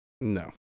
No